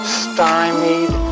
stymied